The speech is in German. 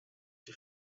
die